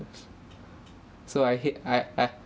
so I hate I I